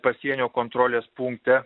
pasienio kontrolės punkte